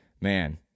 Man